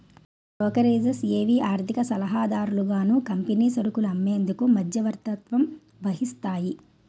brokerages ఏవి ఆర్థిక సలహాదారులుగాను కంపెనీ సరుకులు అమ్మేందుకు మధ్యవర్తత్వం వహిస్తాయి